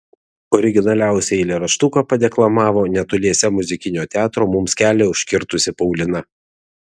originaliausią eilėraštuką padeklamavo netoliese muzikinio teatro mums kelią užkirtusi paulina